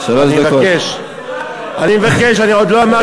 אני מבקש, אני עוד לא אמרתי משהו.